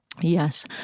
Yes